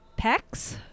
pecs